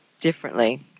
differently